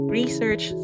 research